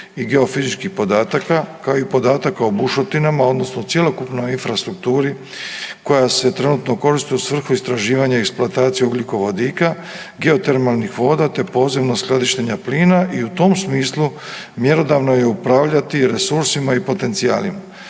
i geofizičkih podataka, kao i podataka o bušotinama odnosno o cjelokupnoj infrastrukturi koja se trenutno koristi u svrhu istraživanja i eksploatacije ugljikovodika, geotermalnih voda, te podzemno skladištenja plina i u tom smislu mjerodavno je upravljati resursima i potencijalima.